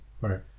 Right